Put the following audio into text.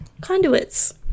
conduits